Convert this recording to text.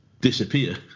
Disappear